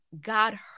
God